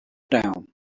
down